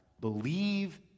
believe